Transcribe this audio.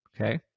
Okay